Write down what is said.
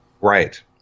Right